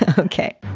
ah ok,